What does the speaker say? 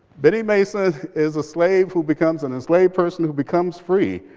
biddy' mason is a slave who becomes an enslaved person who becomes free.